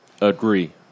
agree